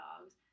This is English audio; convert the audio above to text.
dogs